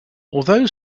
although